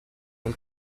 del